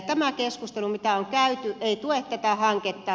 tämä keskustelu mitä on käyty ei tue tätä hanketta